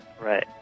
Right